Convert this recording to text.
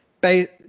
based